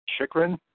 Chikrin